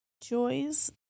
Joys